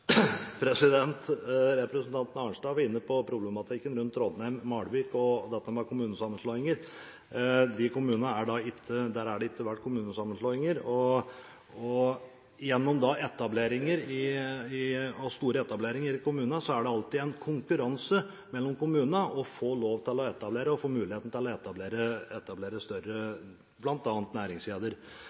replikkordskifte. Representanten Arnstad var inne på problematikken rundt Trondheim og Malvik og dette med kommunesammenslåinger. Der har det ikke vært kommunesammenslåinger. I store etableringer i kommunene er det alltid en konkurranse mellom kommunene om å få muligheten til å etablere bl.a. større